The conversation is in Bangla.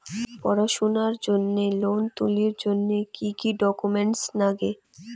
পড়াশুনার জন্যে লোন তুলির জন্যে কি কি ডকুমেন্টস নাগে?